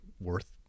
worth